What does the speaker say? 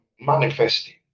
manifesting